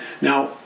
Now